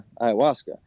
ayahuasca